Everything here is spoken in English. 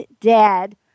dad